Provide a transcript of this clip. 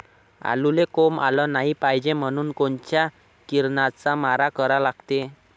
आलूले कोंब आलं नाई पायजे म्हनून कोनच्या किरनाचा मारा करा लागते?